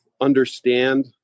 understand